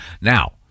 now